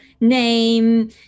name